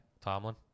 Tomlin